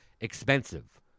Expensive